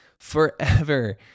forever